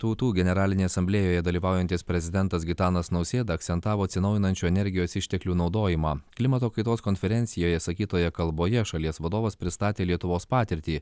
tautų generalinėje asamblėjoje dalyvaujantis prezidentas gitanas nausėda akcentavo atsinaujinančių energijos išteklių naudojimą klimato kaitos konferencijoje sakytoje kalboje šalies vadovas pristatė lietuvos patirtį